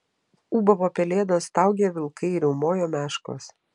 ūbavo pelėdos staugė vilkai riaumojo meškos